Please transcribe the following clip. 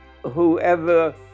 whoever